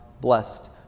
blessed